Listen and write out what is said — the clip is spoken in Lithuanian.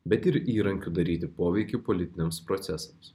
bet ir įrankiu daryti poveikį politiniams procesams